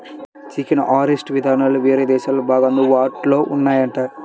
chicken harvest ఇదానాలు వేరే దేశాల్లో బాగా అందుబాటులో ఉన్నాయంట